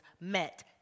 met